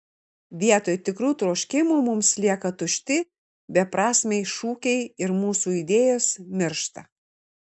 vietoj tikrų troškimų mums lieka tušti beprasmiai šūkiai ir mūsų idėjos miršta